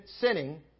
sinning